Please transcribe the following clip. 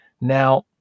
Now